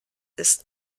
ist